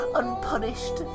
unpunished